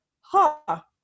ha